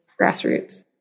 grassroots